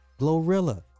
Glorilla